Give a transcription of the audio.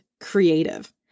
creative